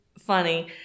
funny